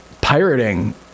pirating